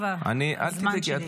חבר הכנסת סובה, הזמן שלי, כן?